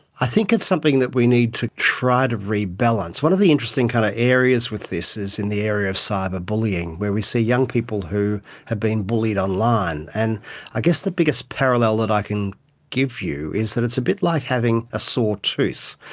i think it's something that we need to try to rebalance. one of the interesting kind of areas with this is in the area of cyber bullying where we see young people who have been bullied online, and i guess the biggest parallel that i can give you is that it's a bit like having a sore tooth.